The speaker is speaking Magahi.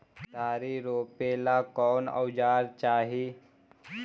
केतारी रोपेला कौन औजर चाही?